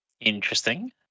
Interesting